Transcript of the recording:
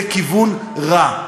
זה כיוון רע.